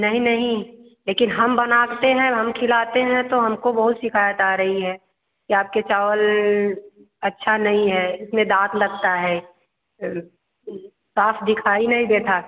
नहीं नहीं लेकिन हम बनाते हैं हम खिलाते हैं तो हमको बहुत शिकायत आ रही है कि आपके चावल अच्छा नहीं है इसमें दांत लगता है साफ दिखाई नहीं देता